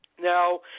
Now